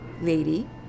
lady